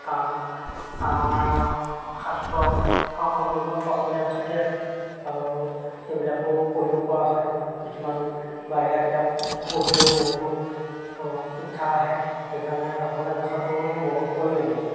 কাৰণ আমাৰ শাস্ত্ৰ অসম অসমীয়া ভাষাতেই আছে আৰু সেইবিলাকো পঢ়িব পৰা হয় কিছুমান বাহিৰা কিতাপ পঢ়িলেও বহুতো শিক্ষা আহে সেইকাৰণে অসমীয়া ভাষাটো বহুত প্ৰয়োজনীয়